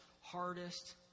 hardest